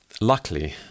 luckily